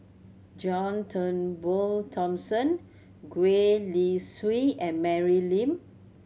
John Turnbull Thomson Gwee Li Sui and Mary Lim